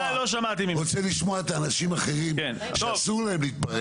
רוצה לשמוע את האנשים האחרים שאסור להם להתפרץ,